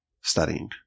studying